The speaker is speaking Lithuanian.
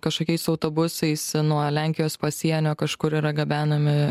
kažkokiais autobusais nuo lenkijos pasienio kažkur yra gabenami